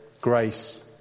grace